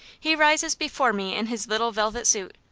he rises before me in his little velvet suit,